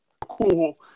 cool